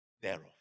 thereof